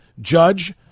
Judge